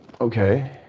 Okay